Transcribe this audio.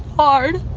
hard